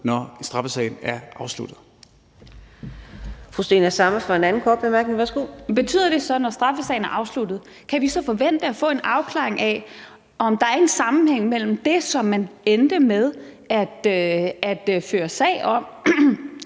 når straffesagen er afsluttet.